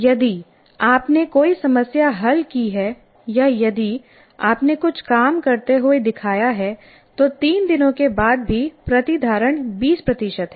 यदि आपने कोई समस्या हल की है या यदि आपने कुछ काम करते हुए दिखाया है तो 3 दिनों के बाद भी प्रतिधारण 20 है